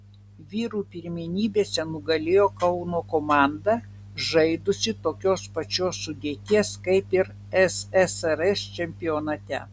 vyrų pirmenybėse nugalėjo kauno komanda žaidusi tokios pačios sudėties kaip ir ssrs čempionate